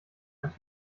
einen